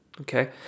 okay